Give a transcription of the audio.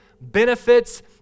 benefits